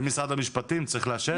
זה משפט המשפטים צריך לאשר.